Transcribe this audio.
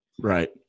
Right